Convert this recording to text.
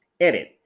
Edit